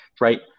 right